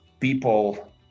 people